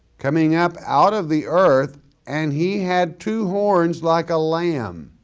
coming up out of the earth and he had two horns like a lamb.